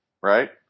right